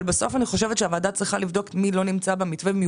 אני חושבת שהוועדה צריכה לבדוק מי לא נמצא במתווה,